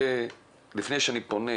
לפני שאני פונה